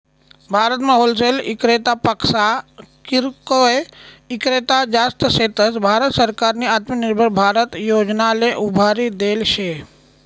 भारतमा होलसेल इक्रेतापक्सा किरकोय ईक्रेता जास्त शेतस, भारत सरकारनी आत्मनिर्भर भारत योजनाले उभारी देल शे